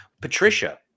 Patricia